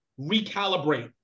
recalibrate